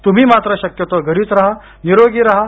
तुम्ही मात्र शक्यतो घरीच रहा निरोगी रहा